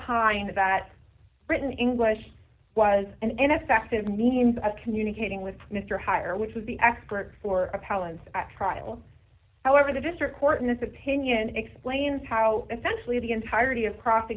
opined that written english was an effective means of communicating with mr higher which was the expert for appellant trial however the district court in this opinion explains how essentially the entirety of profit